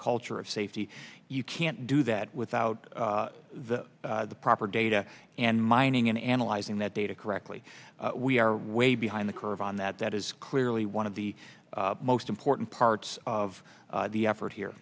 culture of safety you can't do that without the proper data and mining and analyzing that data correctly we are way behind the curve on that that is clearly one of the most important parts of the effort here